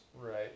Right